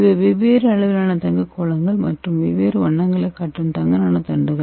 இவை வெவ்வேறு அளவிலான தங்கக் கோளங்கள் மற்றும் வெவ்வேறு வண்ணங்களைக் காட்டும் தங்க நானோ தண்டுகள்